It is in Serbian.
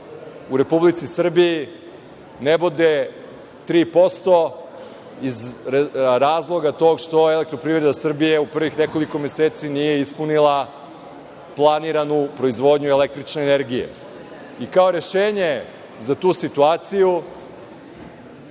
u Republici Srbiji, ne bude 3%, iz tog razloga što Elektroprivreda Srbije u prvih nekoliko meseci nije ispunila planiranu proizvodnju električne energije. Kao rešenje za tu situaciju